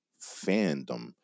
fandom